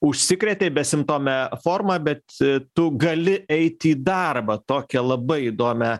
užsikrėtei besimptome forma bet tu gali eiti į darbą tokią labai įdomią